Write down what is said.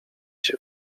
się